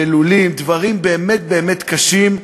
דברים באמת באמת קשים.